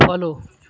follow